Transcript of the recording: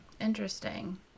Interesting